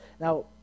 Now